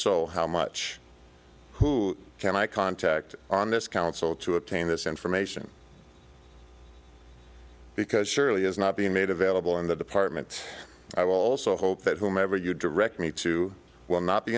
so how much who can i contact on this council to obtain this information because surely is not being made available in that department i will also hope that whomever you direct me to will not be